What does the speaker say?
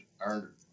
earned